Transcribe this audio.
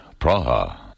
Praha